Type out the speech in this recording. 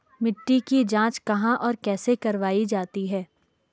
मिट्टी की जाँच कहाँ और कैसे करवायी जाती है?